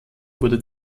wurde